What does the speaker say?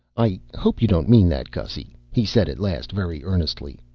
i hope you don't mean that, gussy, he said at last very earnestly.